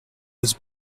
was